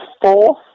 fourth